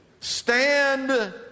stand